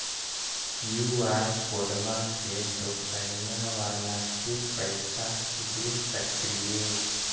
QR कोडबा से दुकनिया बाला के पैसा दे सक्रिय?